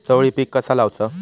चवळी पीक कसा लावचा?